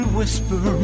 whisper